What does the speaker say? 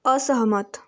असहमत